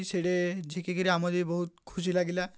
ସେଇଠି ଝିକି କରି ଆମର ବହୁତ ଖୁସି ଲାଗିଲା